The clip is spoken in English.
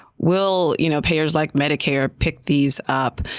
will you know payers like medicare pick these up?